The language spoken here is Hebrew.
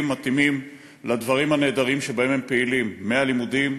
מתאימים לדברים הנהדרים שבהם הם פעילים: מהלימודים,